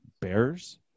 bears